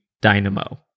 dynamo